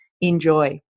Enjoy